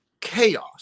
chaos